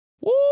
Woo